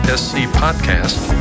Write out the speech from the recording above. scpodcast